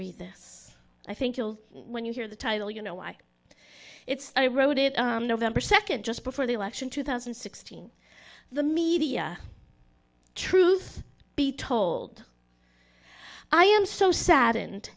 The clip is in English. read this i think you'll when you hear the title you know why it's i wrote it november second just before the election two thousand and sixteen the media truth be told i am so sad